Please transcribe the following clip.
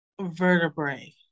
vertebrae